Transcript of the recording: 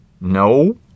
No